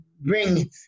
bring